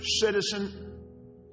citizen